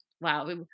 Wow